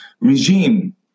regime